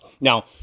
Now